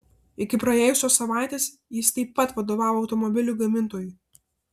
iki praėjusios savaitės jis taip pat vadovavo automobilių gamintojui